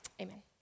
Amen